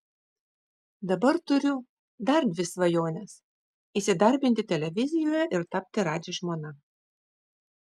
dabar turiu dar dvi svajones įsidarbinti televizijoje ir tapti radži žmona